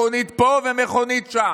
מכונית פה ומכונית שם.